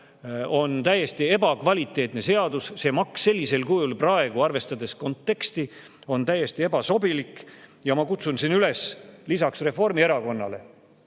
on täiesti ebakvaliteetne seadus, see maks sellisel kujul praegu, arvestades konteksti, on täiesti ebasobilik. Ma kutsun lisaks Reformierakonnale